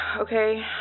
okay